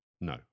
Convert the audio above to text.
No